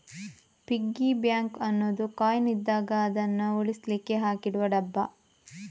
piggy bank ಅನ್ನುದು coin ಇದ್ದಾಗ ಅದನ್ನು ಉಳಿಸ್ಲಿಕ್ಕೆ ಹಾಕಿಡುವ ಡಬ್ಬ